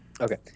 Okay